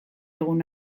egun